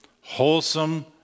wholesome